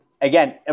Again